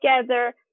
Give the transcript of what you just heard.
together